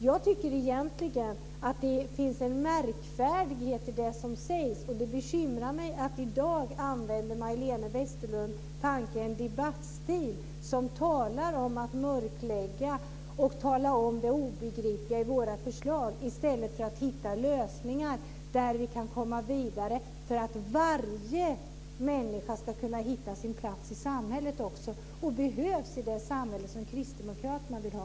Jag tycker egentligen att det finns en märkvärdighet i det som sägs, och det bekymrar mig att Majléne Westerlund Panke i dag använder en debattstil som talar om att mörklägga och tala om det obegripliga i våra förslag i stället för att hitta lösningar så att vi kan komma vidare för att varje människa ska kunna hitta sin plats i samhället och behövas i det samhälle som kristdemokraterna vill ha.